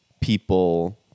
people